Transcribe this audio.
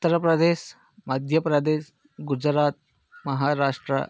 Uttar Pradesh Madhya Pradesh Gujarat Maharashtra